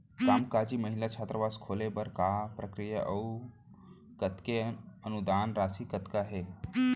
कामकाजी महिला छात्रावास खोले बर का प्रक्रिया ह अऊ कतेक अनुदान राशि कतका हे?